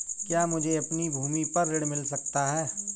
क्या मुझे अपनी भूमि पर ऋण मिल सकता है?